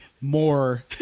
more